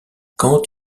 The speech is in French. quand